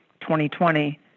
2020